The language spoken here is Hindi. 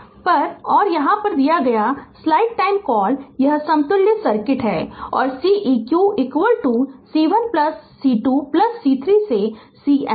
तो पर और यह यहाँ है स्लाइड टाइम कॉल यह समतुल्य सर्किट है और Ceq C1 C2C3 से CN तक